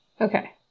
Okay